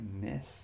miss